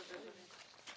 ממש אלפי של דיונים.